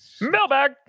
mailbag